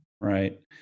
Right